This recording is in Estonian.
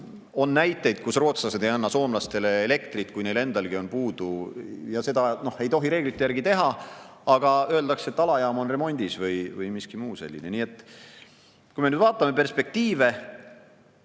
On näiteid, kui rootslased ei anna soomlastele elektrit, kui neil endal on puudu. Seda ei tohi reeglite järgi teha, aga öeldakse, et alajaam on remondis või midagi muud sellist. Kui me nüüd vaatame perspektiive,